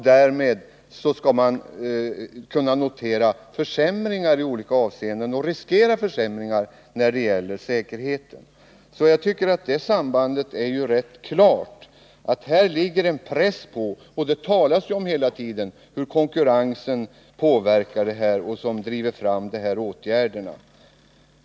Därmed skulle man kunna notera försämringar i olika avseenden och riskera försämringar när det gäller säkerheten. Jag tycker att det sambandet är rätt klart. Det ligger en press i detta — det talas ju hela tiden om hur konkurrensen driver fram olika åtgärder.